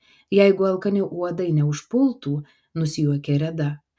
jeigu alkani uodai neužpultų nusijuokė reda